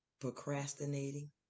procrastinating